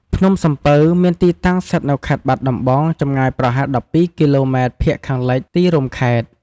ភ្នំសំពៅ មានទីតាំង ស្ថិតនៅខេត្តបាត់ដំបង ចម្ងាយប្រហែល ១២ គីឡូម៉ែត្រភាគខាងលិចទីរួមខេត្ត។